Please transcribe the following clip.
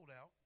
out